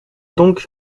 donc